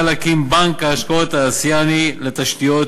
להקים את בנק ההשקעות האסייני לתשתיות,